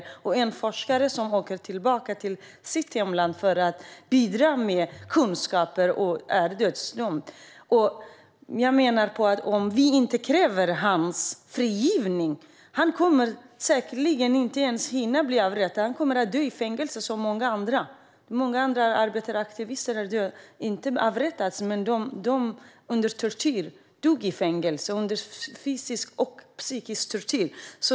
Han är en forskare som har åkt tillbaka till sitt hemland för att bidra med kunskaper, och nu är han dödsdömd. Jag menar att han, om vi inte kräver hans frigivning, säkerligen inte ens kommer att hinna bli avrättad; han kommer att dö i fängelse, som många andra. Många andra arbetaraktivister har inte avrättats utan dött i fängelse, under psykisk och fysisk tortyr.